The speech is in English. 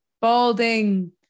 balding